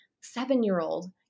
seven-year-old